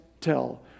tell